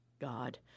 God